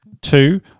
Two